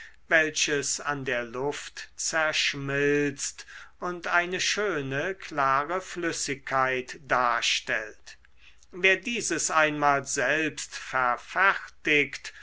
welches an der luft zerschmilzt und eine schöne klare flüssigkeit darstellt wer dieses einmal selbst